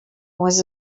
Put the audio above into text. was